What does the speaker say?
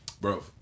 Bro